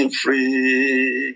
free